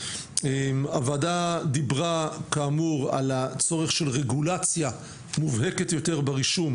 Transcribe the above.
הוועדה דיברה כאמור על הצורך של רגולציה מובהקת יותר ברישום,